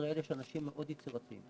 בישראל יש אנשים מאוד יצירתיים,